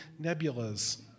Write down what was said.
nebulas